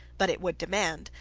but it would demand,